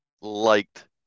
liked